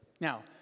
now